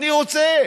אני רוצה,